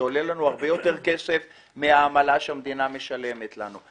וזה עולה לנו הרבה יותר כסף מהעמלה שהמדינה משלמת לנו.